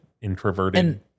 introverted